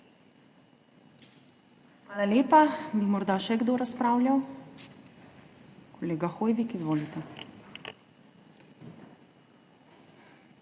Hvala lepa. Bi morda še kdo razpravljal? Kolega Hoivik, izvolite.